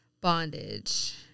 Bondage